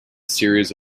series